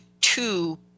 two